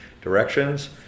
directions